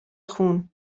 خون